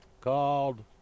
Called